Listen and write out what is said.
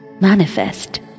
manifest